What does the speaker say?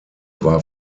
war